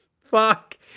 Fuck